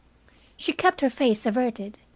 she kept her face averted,